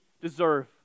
deserve